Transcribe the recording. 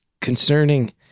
concerning